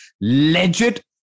legit